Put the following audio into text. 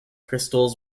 crystals